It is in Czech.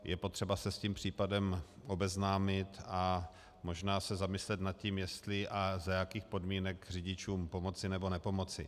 Je potřeba se s tím případem obeznámit a možná se zamyslet nad tím, jestli a za jakých podmínek řidičům pomoci, nebo nepomoci.